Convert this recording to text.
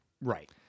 Right